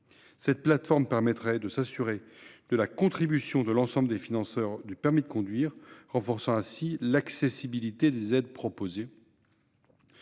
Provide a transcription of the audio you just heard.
Cette plateforme permettrait de s'assurer de la contribution de l'ensemble des financeurs du permis de conduire, renforçant ainsi l'accessibilité des aides proposées.